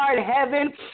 heaven